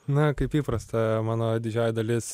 na kaip įprasta mano didžioji dalis